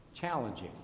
challenging